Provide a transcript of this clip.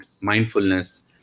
mindfulness